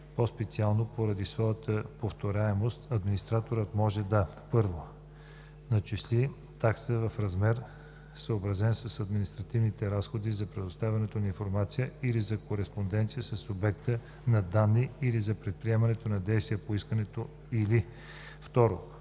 по-специално поради своята повторяемост, администраторът може да: 1. начисли такса в размер, съобразен с административните разходи за предоставяне на информация или за кореспонденция със субекта на данни, или за предприемане на действия по искането, или 2.